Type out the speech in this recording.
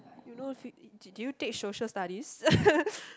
you know did did you take Social-Studies